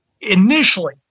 Initially